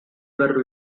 were